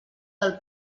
del